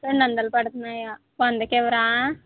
రెండు వందలు పడుతున్నాయా వందకి ఇవ్వరా